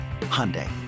Hyundai